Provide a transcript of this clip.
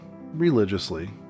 religiously